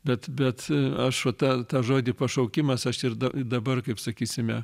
bet bet aš va tą tą žodį pašaukimas aš ir dabar kaip sakysime